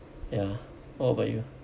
ya what about you